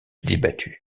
débattue